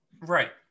right